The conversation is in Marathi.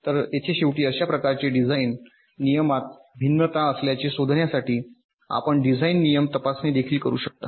तर येथे शेवटी अशा प्रकारच्या डिझाइन नियमात भिन्नता असल्याचे शोधण्यासाठी आपण डिझाइन नियम तपासणी देखील करु शकता